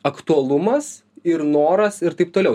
aktualumas ir noras ir taip toliau